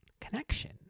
connection